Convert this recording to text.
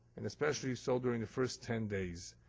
and especially so during the first ten days.